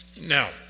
Now